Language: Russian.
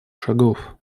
шагов